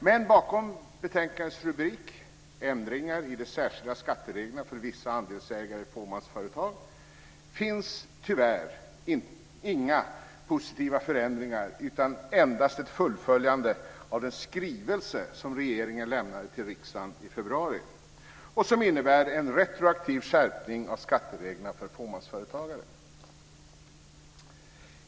Men bakom betänkandets rubrik, Ändringar i de särskilda skattereglerna för vissa andelsägare i fåmansföretag, finns tyvärr inga positiva förändringar utan endast ett fullföljande av den skrivelse som regeringen lämnade till riksdagen i februari och som innebär en retroaktiv skärpning av skattereglerna för fåmansföretagare.